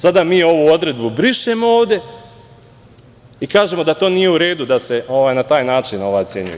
Sada mi ovu odredbu brišemo ovde i kažemo da nije u redu da se na taj način ocenjuje.